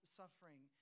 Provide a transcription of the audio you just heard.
suffering